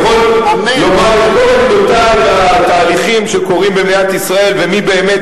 אני יכול לומר את כל עמדותי בתהליכים שקורים במדינת ישראל ומי באמת